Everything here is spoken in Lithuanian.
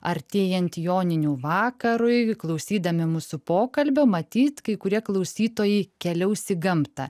artėjant joninių vakarui klausydami mūsų pokalbio matyt kai kurie klausytojai keliaus į gamtą